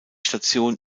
station